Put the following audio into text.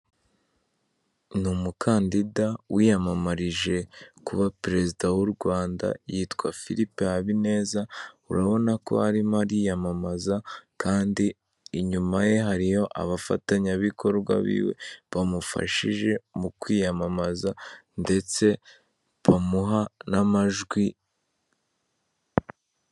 Ni umukandida wiyamamarije kuba perezida w'u Rwanda yitwa Philippe Habineza, urabona ko arimo ariyamamaza kandi inyuma ye hariyo abafatanyabikorwa biwe, bamufashije mu kwiyamamaza ndetse bamuha n'amajwi...